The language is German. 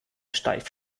steif